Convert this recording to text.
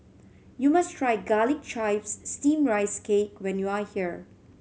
you must try Garlic Chives Steamed Rice Cake when you are here